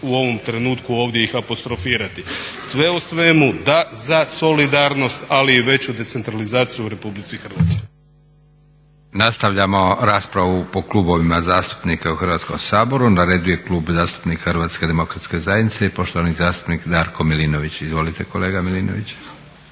u ovom trenutku ovdje ih apostrofirati. Sve u svemu da za solidarnost ali i veću decentralizaciju u Republici Hrvatskoj.